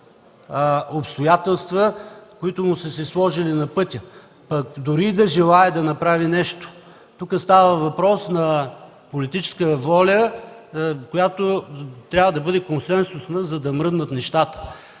обстоятелства, които са им се сложили на пътя, пък дори и да желае да направи нещо. Тук става въпрос за политическа воля, която трябва да бъде консенсусна, за да мръднат нещата.